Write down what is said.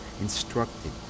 instructed